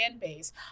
base